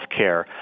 healthcare